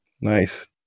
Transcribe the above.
Nice